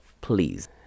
please